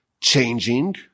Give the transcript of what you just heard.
changing